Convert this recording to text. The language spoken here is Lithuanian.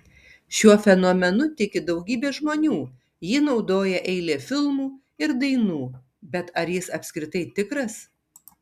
šiuo fenomenu tiki daugybė žmonių jį naudoja eilė filmų ir dainų bet ar jis apskritai tikras